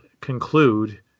conclude